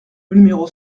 numéro